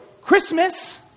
Christmas